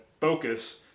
focus